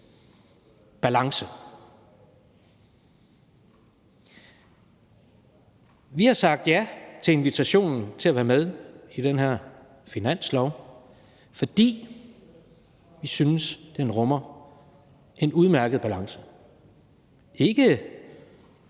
16:16 Vi har sagt ja til invitationen til at være med i den her finanslov, fordi vi synes, den rummer en udmærket balance. Det